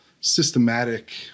systematic